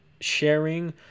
sharing